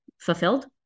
fulfilled